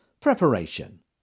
Preparation